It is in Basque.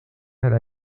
bere